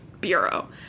bureau